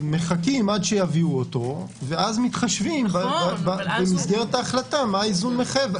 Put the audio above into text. מחכים עד שיביאו אותו ואז מתחשבים במסגרת ההחלטה מה האיזון מחייב.